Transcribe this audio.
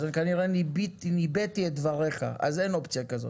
אז כנראה ניבאתי את דבריך אז אין אופציה כזאת.